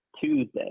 Tuesday